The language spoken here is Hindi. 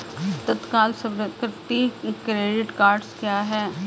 तत्काल स्वीकृति क्रेडिट कार्डस क्या हैं?